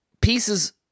pieces